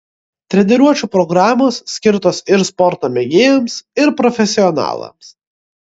treniruočių programos skirtos ir sporto mėgėjams ir profesionalams